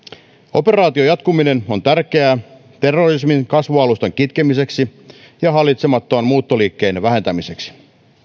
operaation jatkuminen on tärkeää terrorismin kasvualustan kitkemiseksi ja hallitsemattoman muuttoliikkeen vähentämiseksi